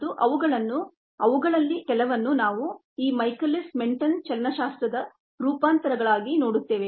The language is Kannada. ಮತ್ತು ಅವುಗಳಲ್ಲಿ ಕೆಲವನ್ನು ನಾವು ಈ ಮೈಕೆಲಿಸ್ ಮೆನ್ಟೆನ್ ಚಲನಶಾಸ್ತ್ರದ ಕೈನೆಟಿಕ್ಸ್ ರೂಪಾಂತರಗಳಾಗಿ ನೋಡುತ್ತೇವೆ